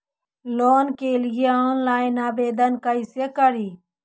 Loan के लिये online आवेदन कैसे करि?